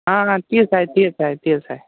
हा हा तेच आहे तेच आहे तेच आहे